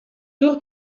tour